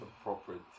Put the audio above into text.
appropriate